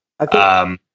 Okay